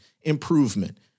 improvement